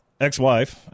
ex-wife –